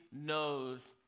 knows